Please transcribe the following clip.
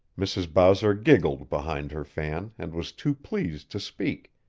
mrs. bowser giggled behind her fan and was too pleased to speak,